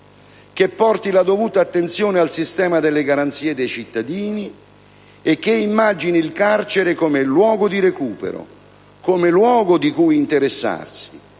che porti la dovuta attenzione al sistema delle garanzie dei cittadini e che immagini il carcere come luogo di recupero, come luogo di cui interessarsi